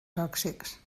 tòxics